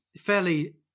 fairly